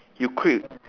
you quit